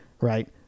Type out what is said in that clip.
right